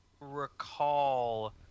recall